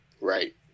right